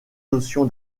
notion